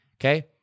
okay